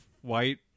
white